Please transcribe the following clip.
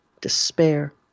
despair